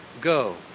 go